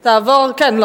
כן.